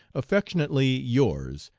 affectionately yours.